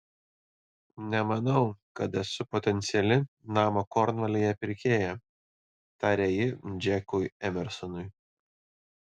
nemanau kad esu potenciali namo kornvalyje pirkėja tarė ji džekui emersonui